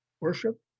worship